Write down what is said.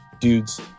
dude's